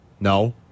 No